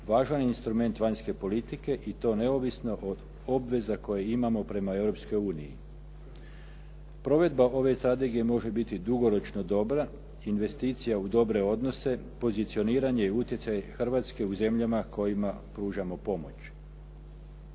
važan je instrument vanjske politike i to neovisno od obveza koje imamo prema Europskoj uniji. Provedba ove strategije može biti dugoročno dobra investicija u dobre odnose, pozicioniranje i utjecaj Hrvatske u zemljama kojima pružamo pomoć.